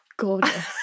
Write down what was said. gorgeous